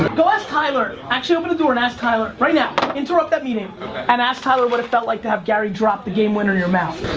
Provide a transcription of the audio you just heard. but go ask tyler. actually, open the door and ask tyler, right now. interrupt that meeting and ask tyler what it felt like to have gary drop the gamewinner in your mouth.